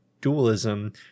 dualism